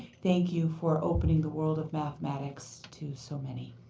thank you for opening the world of mathematics to so many.